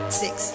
six